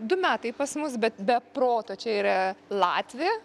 du metai pas mus bet be proto čia yra latvė